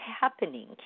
happening